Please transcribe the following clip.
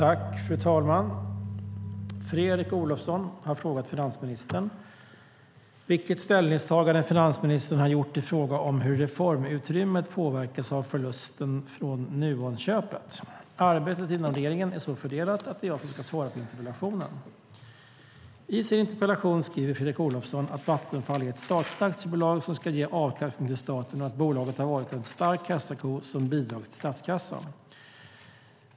Fru talman! Fredrik Olovsson har frågat finansministern vilket ställningstagande finansministern har gjort i fråga om hur reformutrymmet påverkas av förlusten från Nuonköpet. Arbetet inom regeringen är så fördelat att det är jag som ska svara på interpellationen. I sin interpellation skriver Fredrik Olovsson att Vattenfall är ett statligt aktiebolag som ska ge avkastning till staten och att bolaget har varit en stark kassako som bidragit till statskassan.